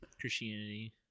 Christianity